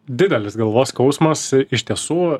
didelis galvos skausmas iš tiesų